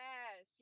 Yes